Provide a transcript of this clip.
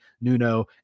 Nuno